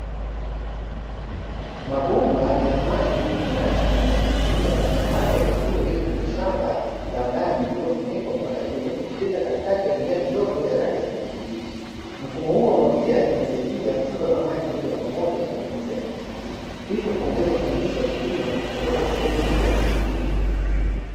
Mabomba ya maji yenye rangi nyeusi yamesambazwa vizuri kwenye shamba la ndani lililofunikwa mpaka juu, yakipita katikati ya mimea midogo ya rangi ya kijikijiji. Mfumo huu wa umwagiliaji unasaidia kusambaza maji moja kwa moja kwenye mizizi ya mimea hii, hivyo kuongeza ufanisi wa kilimo na kupunguza upotevu mkubwa wa maji.